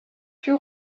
put